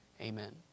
Amen